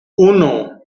uno